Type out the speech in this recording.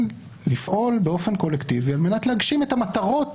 לפעול באופן קולקטיבי על-מנת להגשים את המטרות,